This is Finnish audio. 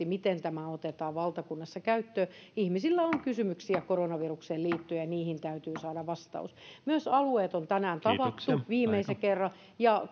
miten tämä otetaan valtakunnassa käyttöön ihmisillä on kysymyksiä koronavirukseen liittyen ja niihin täytyy saada vastaus myös alueet on tänään tavattu viimeisen kerran ja